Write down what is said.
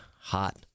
hot